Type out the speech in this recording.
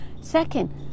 second